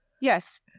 Yes